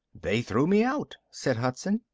they threw me out, said hudson.